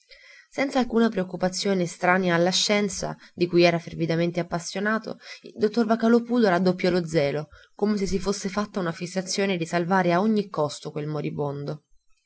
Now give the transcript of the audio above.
senza alcuna preoccupazione estranea alla scienza di cui era fervidamente appassionato il dottor vocalòpulo raddoppiò lo zelo come se si fosse fatta una fissazione di salvare a ogni costo quel moribondo